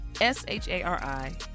S-H-A-R-I